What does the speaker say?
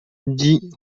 dix